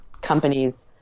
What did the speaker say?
companies